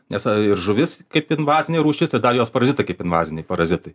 nes ir žuvis kaip invazinė rūšis tai dar jos parazitai kaip invaziniai parazitai